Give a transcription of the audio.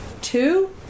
two